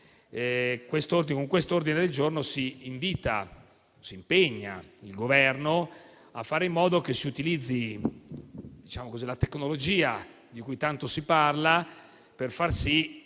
Con l'ordine del giorno G1.100 si impegna quindi il Governo a fare in modo che si utilizzi la tecnologia di cui tanto si parla per far sì,